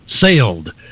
Sailed